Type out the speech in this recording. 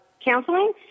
counseling